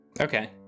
Okay